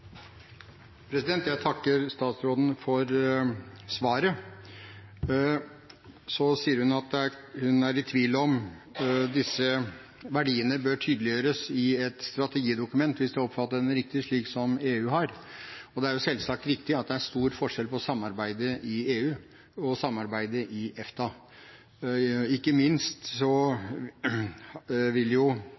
i tvil om disse verdiene bør tydeliggjøres i et strategidokument, hvis jeg oppfattet henne riktig, slik som EU har. Det er selvsagt riktig at det er stor forskjell på samarbeidet i EU og samarbeidet i EFTA – ikke minst vil jo